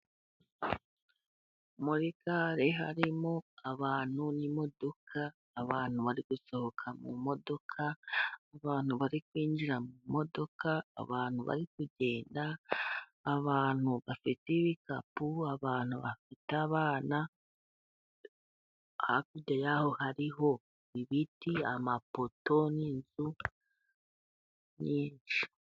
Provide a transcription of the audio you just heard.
Muri gare harimo abantu n'imodoka, abantu bari gusohoka mu modoka, abantu bari kwinjira mu modoka, abantu bari kugenda, abantu bafite ibikapu, abantu bafite aban. Hakurya yaho hariho ibiti, amapoto n'inzu nyinshi.